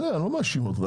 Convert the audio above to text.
אני לא מאשים אותך.